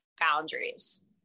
boundaries